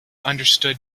understood